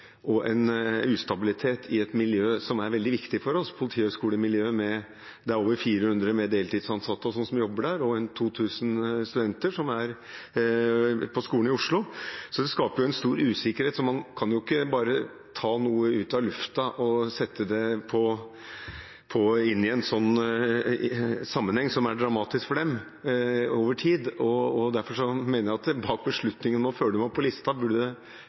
og en ustabilitet i et miljø som er veldig viktig for oss, politihøgskolemiljøet. Det er over 400 med deltidsansatte som jobber der, og rundt 2 000 studenter, som er på skolen i Oslo. Så det skaper jo en stor usikkerhet. Man kan jo ikke bare ta noe ut av lufta og sette det inn i en sånn sammenheng, som vil være dramatisk for dem i lang tid, og derfor mener jeg at det bak beslutningen om å føre dem om på listen burde